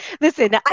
Listen